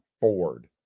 Ford